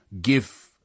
give